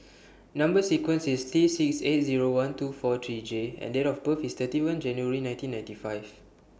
Number sequence IS T six eight Zero one two four three J and Date of birth IS thirty one January nineteen ninety five